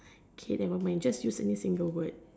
okay never mind just use any single word